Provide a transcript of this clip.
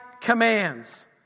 commands